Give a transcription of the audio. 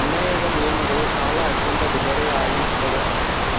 ಅನ್ಯಾಯದ ನಿಯಮಗಳು ಸಾಲ ಅತ್ಯಂತ ದುಬಾರಿಯಾಗಿಸ್ತದ